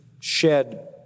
shed